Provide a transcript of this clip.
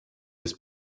des